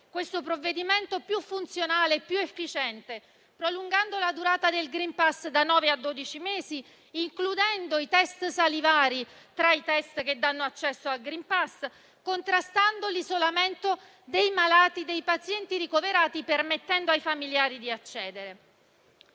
questo provvedimento più funzionale e più efficiente, prolungando la durata del *green pass* da nove a dodici mesi, includendo i test salivari tra quelli che danno accesso alla certificazione verde, contrastando l'isolamento dei pazienti ricoverati, permettendo ai familiari di accedere